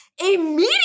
immediately